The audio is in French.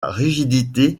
rigidité